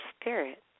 spirit